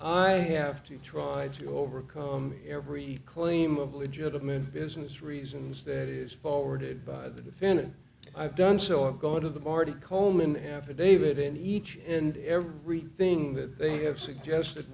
i have to try to overcome every claim of legitimate business reasons that is forwarded by the defendant i've done so and go out of the party coleman an affidavit in each and everything that they have suggested